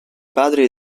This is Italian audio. padri